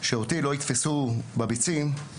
שאותי לא יתפסו בביצים,